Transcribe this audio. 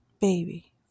baby